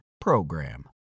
PROGRAM